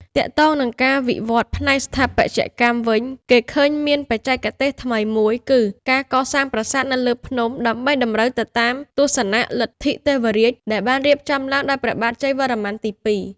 ទាក់ទងនឹងការវិវត្តផ្នែកស្ថាបត្យកម្មវិញ គេឃើញមានបច្ចេកទេសថ្មីមួយ គឺការកសាងប្រាសាទនៅលើភ្នំ ដើម្បីតម្រូវទៅតាមទស្សនៈ លទ្ធិទេវរាជ ដែលបានរៀបចំឡើងដោយព្រះបាទជ័យវរ្ម័នទី២។